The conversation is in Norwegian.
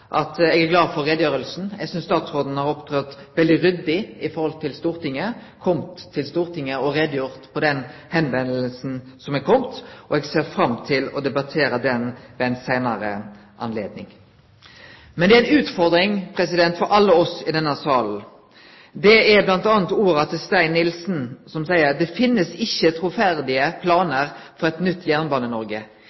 vil eg seie til statsråden at eg er glad for utgreiinga. Eg synest statsråden har vore veldig ryddig i forhold til Stortinget. Ho har kome til Stortinget og gjort greie for det som gjeld førespurnaden. Eg ser fram til å debattere det ved eit anna høve. Ei utfordring for alle oss i denne salen er bl.a. utsegna til Stein Nilsen: